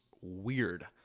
weird